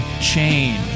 chain